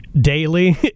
daily